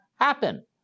happen